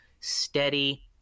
steady